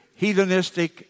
heathenistic